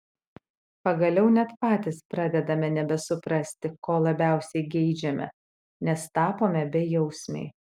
pagaliau net patys pradedame nebesuprasti ko labiausiai geidžiame nes tapome bejausmiai